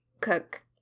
cook